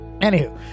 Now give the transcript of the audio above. Anywho